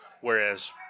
Whereas